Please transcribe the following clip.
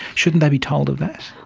shouldn't they be told of that?